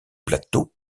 plateau